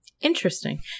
Interesting